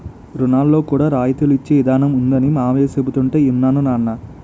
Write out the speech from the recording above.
రుణాల్లో కూడా రాయితీలు ఇచ్చే ఇదానం ఉందనీ మావయ్య చెబుతుంటే యిన్నాను నాన్నా